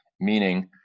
Meaning